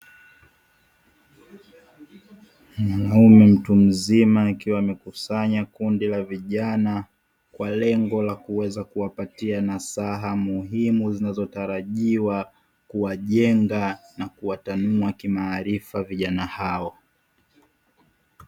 Mwanaume mtu mzima akiwa amekusanya kundi la vijana kwa lengo la kuweza kuwapatia nasaha muhimu zinazotarajiwa kuwajenga na kuwatanua kimaharifa vijana hao.